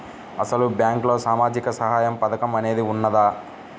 అసలు బ్యాంక్లో సామాజిక సహాయం పథకం అనేది వున్నదా?